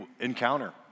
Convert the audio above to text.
encounter